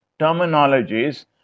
terminologies